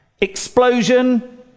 Explosion